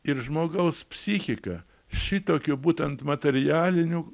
ir žmogaus psichika šitokiu būtent materialiniu